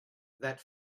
that